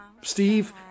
Steve